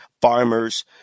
farmers